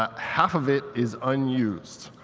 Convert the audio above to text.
ah half of it is unused,